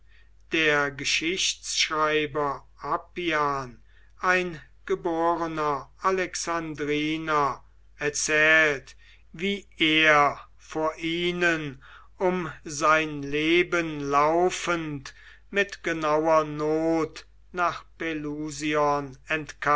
der geschichtschreiber appian ein geborener alexandriner erzählt wie er vor ihnen um sein leben laufend mit genauer not nach pelusion